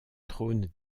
trône